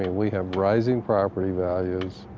we have rising property values.